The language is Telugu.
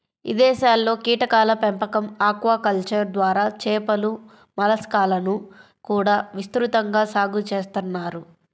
ఇదేశాల్లో కీటకాల పెంపకం, ఆక్వాకల్చర్ ద్వారా చేపలు, మలస్కాలను కూడా విస్తృతంగా సాగు చేత్తన్నారు